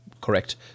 correct